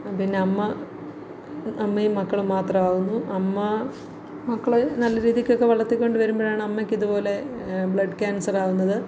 പിന്നമ്മ അമ്മയും മക്കളും മാത്രവാകുന്നു അമ്മ മക്കളെ നല്ല രീതിക്കൊക്കെ വളർത്തിക്കൊണ്ട് വരുമ്പോഴാണ് അമ്മക്കിതുപോലെ ബ്ലഡ് കാൻസറാകുന്നത്